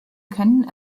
können